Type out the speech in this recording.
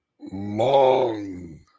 long